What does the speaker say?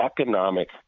Economic